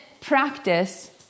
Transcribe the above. practice